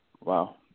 Wow